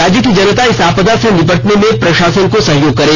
राज्य की जनता इस आपदा से निपटने में प्रषासन को सहयोग करे